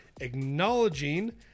acknowledging